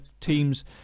teams